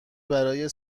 برای